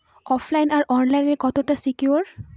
ওফ line আর online কতটা secure?